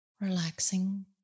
relaxing